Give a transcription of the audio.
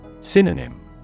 Synonym